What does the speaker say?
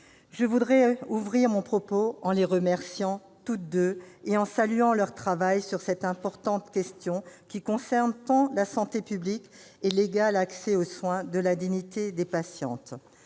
Je voudrais ouvrir mon propos en les remerciant toutes deux et en saluant leur travail sur cette importante question, qui concerne tant la santé publique et l'égal accès aux soins que la dignité des patientes.